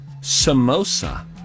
samosa